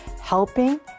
helping